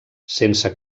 sense